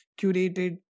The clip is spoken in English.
curated